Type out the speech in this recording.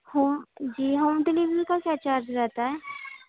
ہاں جی home delivery کا جی کیا چارج رہتا ہے